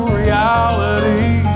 reality